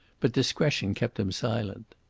but discretion kept him silent.